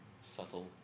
subtle